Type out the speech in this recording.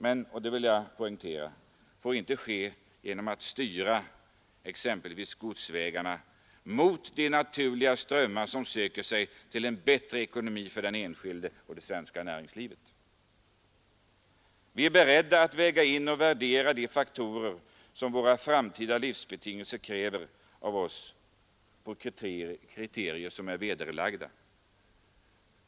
Men och det vill jag poängtera det får inte ske genom att styra exempelvis godsvägarna mot de naturliga strömmar som söker sig till en bättre ekonomi för den enskilde och för det svenska näringslivet. Vi är beredda att väga in och värdera de faktorer som det är nödvändigt att ta hänsyn till för att skapa de framtida livsbetingelser som vi vill åstadkomma.